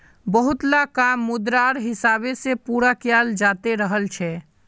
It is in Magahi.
बहुतला काम मुद्रार हिसाब से पूरा कियाल जाते रहल छे